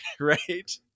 right